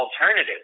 alternative